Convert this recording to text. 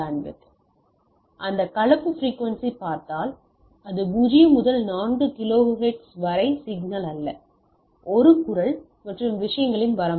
இப்போது அந்த கலப்பு பிரிக்குவென்சி பார்த்தால் அது 0 முதல் 4 கிலோஹெர்ட்ஸ் வரை சிக்னல் அல்ல இது குரல் மற்றும் விஷயங்களின் வரம்பாகும்